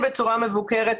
כן בצורה מבוקרת,